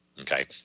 Okay